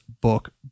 book